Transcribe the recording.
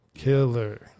killer